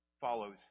follows